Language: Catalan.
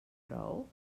prou